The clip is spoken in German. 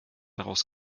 daraus